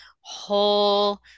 whole